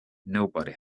nobody